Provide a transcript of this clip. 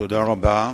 תודה רבה.